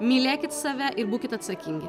mylėkit save ir būkit atsakingi